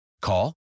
Call